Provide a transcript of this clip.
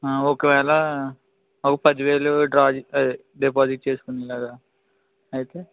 ఒకవేళ ఒక పదివేలు డ్రా అదే డిపాజిట్ చేసుకునేలాగా అయితే